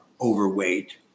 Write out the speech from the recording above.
overweight